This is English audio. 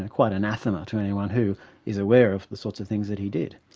and quite anathema to anyone who is aware of the sorts of things that he did.